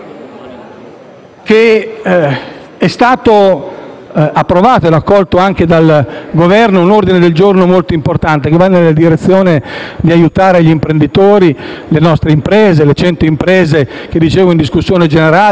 che è stato approvato e accolto anche dal Governo un ordine del giorno molto importante, che va nella direzione di aiutare gli imprenditori, le nostre imprese, le 100 imprese che ho citato anche in discussione generale.